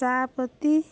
ଚାପତି